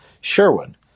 Sherwin